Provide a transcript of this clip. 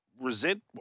resent